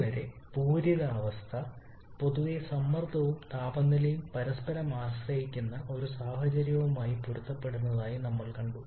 ഇതുവരെ പൂരിത അവസ്ഥ പൊതുവെ സമ്മർദ്ദവും താപനിലയും പരസ്പരം ആശ്രയിക്കുന്ന ഒരു സാഹചര്യവുമായി പൊരുത്തപ്പെടുന്നതായി ഞങ്ങൾ കണ്ടു